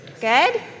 Good